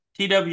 TW